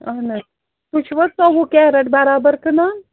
اَہن حظ تُہۍ چھُو حظ ژوٚوُہ کیرٮ۪ٹ برابر کٕنان